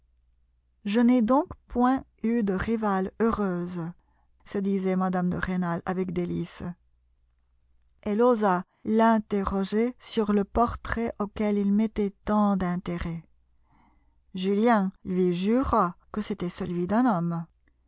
je n'ai donc point eu de rivale heureuse se disait mme de rênal avec délices elle osa l'interroger sur le portrait auquel il mettait tant d'intérêt julien lui jura que c'était celui d'un homme